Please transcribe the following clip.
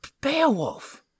Beowulf